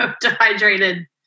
dehydrated